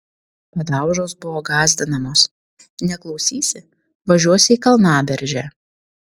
padaužos buvo gąsdinamos neklausysi važiuosi į kalnaberžę